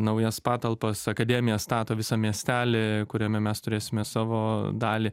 naujas patalpas akademija stato visą miestelį kuriame mes turėsime savo dalį